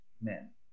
men